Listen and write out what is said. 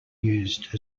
used